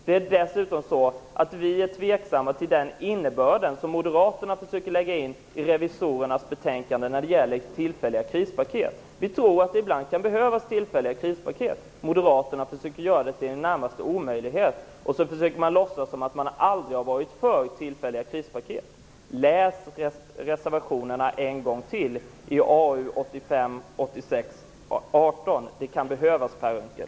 Det är dessutom så att vi är tveksamma till den innebörd som Moderaterna försöker lägga in i revisorernas förslag när det gäller tillfälliga krispaket. Vi tror att man ibland kan behöva tillfälliga krispaket. Moderaterna vill göra sådana till i det närmaste en omöjlighet, och så låtsas man som om man aldrig varit för tillfälliga krispaket. Läs än en gång reservationerna till arbetsmarknadsutskottets betänkande 1985/86:AU18. Det kan behövas, Per Unckel!